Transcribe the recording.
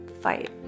fight